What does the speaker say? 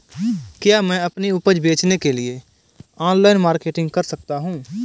क्या मैं अपनी उपज बेचने के लिए ऑनलाइन मार्केटिंग कर सकता हूँ?